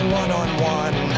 one-on-one